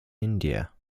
india